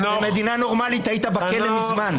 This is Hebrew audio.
במדינה נורמלית היית בכלא מזמן.